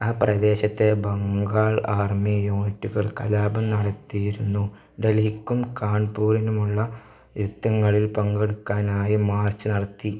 ആ പ്രദേശത്തെ ബംഗാൾ ആർമി യൂണിറ്റുകൾ കലാപം നടത്തിയിരുന്നു ഡൽഹിക്കും കാൺപൂരിനുമുള്ള യുദ്ധങ്ങളിൽ പങ്കെടുക്കാനായി മാർച്ച് നടത്തി